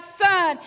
son